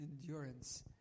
endurance